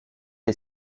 est